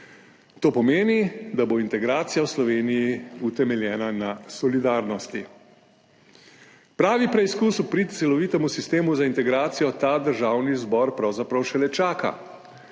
to pomeni, da bo integracija v Sloveniji, utemeljena na solidarnosti. Pravi preizkus v prid celovitemu sistemu za integracijo ta državni zbor pravzaprav šele čaka.